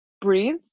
breathe